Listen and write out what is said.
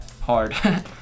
hard